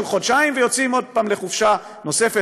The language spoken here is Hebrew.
חודשיים ויוצאים עוד פעם לחופשה נוספת.